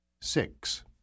Six